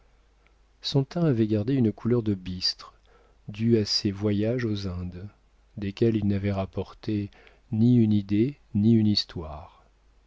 son teint avait gardé une couleur de bistre due à ses voyages aux indes desquels il n'avait rapporté ni une idée ni une histoire